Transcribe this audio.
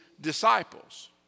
disciples